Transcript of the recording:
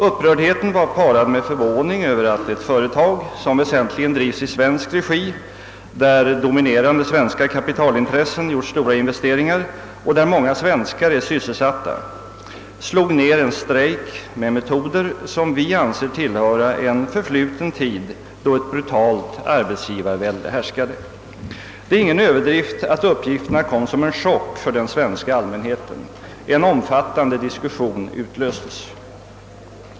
Upprördheten var parad med förvåning över att ett väsentligen i svensk regi drivet företag, där dominerande svenska kapitalintressen gjort stora investeringar och där många svenskar är sysselsatta, slog ned en strejk med metoder, som vi anser tillhöra en förfluten tid när ett brutalt arbetsgivarvälde härskade. Det är ingen överdrift att uppgifterna kom som en chock för den svenska allmänheten. En omfattande diskussion utlöstes.